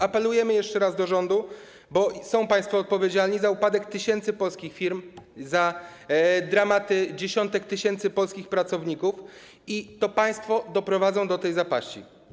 Apelujemy jeszcze raz do rządu, bo państwo są odpowiedzialni za upadek tysięcy polskich firm, za dramaty dziesiątek tysięcy polskich pracowników i to państwo doprowadzą do zapaści.